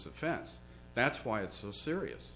offense that's why it's so serious